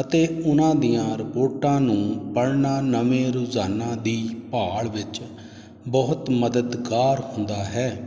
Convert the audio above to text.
ਅਤੇ ਉਹਨਾਂ ਦੀਆਂ ਰਿਪੋਰਟਾਂ ਨੂੰ ਪੜ੍ਹਨਾ ਨਵੇਂ ਰੁਝਾਨਾਂ ਦੀ ਭਾਲ ਵਿੱਚ ਬਹੁਤ ਮਦਦਗਾਰ ਹੁੰਦਾ ਹੈ